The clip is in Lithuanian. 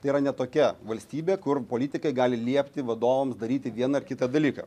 tai yra ne tokia valstybė kur politikai gali liepti vadovams daryti vieną ar kitą dalyką